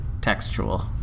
textual